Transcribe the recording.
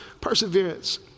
perseverance